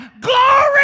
Glory